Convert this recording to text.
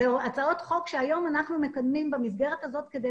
הצעות חוק שהיום אנחנו מקדמים במסגרת הזאת כדי